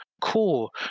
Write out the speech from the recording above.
Cool